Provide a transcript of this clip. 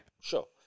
Sure